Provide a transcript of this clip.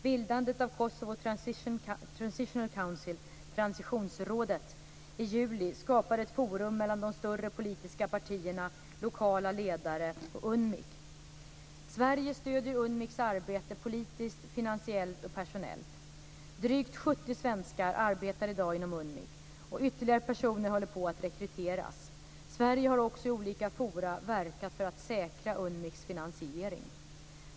Bildandet av Kosovo Transitional Council i juli skapade ett forum mellan de större politiska partierna, lokala ledare och UNMIK. Sverige stöder UNMIK:s arbete politiskt, finansiellt och personellt. Drygt 70 svenskar arbetar i dag inom UNMIK och ytterligare personer håller på att rekryteras. Sverige har i olika forum verkat för att säkra UNMIK:s finansiering.